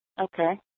Okay